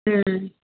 हूं